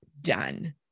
done